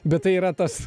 bet tai yra tas